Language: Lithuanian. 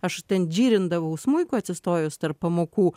aš ten džirindavau smuiku atsistojus tarp pamokų